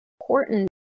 important